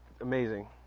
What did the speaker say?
amazing